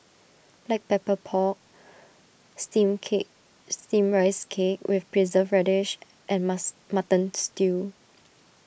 Black Pepper Pork Steamed Cake Steamed Rice Cake with Preserved Radish and mass Mutton Stew